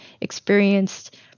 experienced